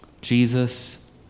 Jesus